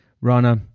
Rana